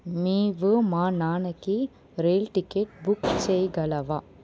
నీవు మా నాన్నకి రైల్ టికెట్ బుక్ చేయగలవా